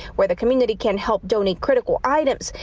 where the community can help donate critical items.